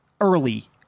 early